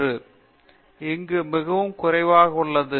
பேராசிரியர் பிரதாப் ஹரிதாஸ் இது இங்கு மிகவும் குறைவாக உள்ளது